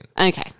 Okay